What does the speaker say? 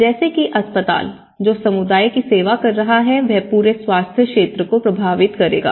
जैसे कि अस्पताल जो समुदाय की सेवा कर रहा है वह पूरे स्वास्थ्य क्षेत्र को प्रभावित करेगा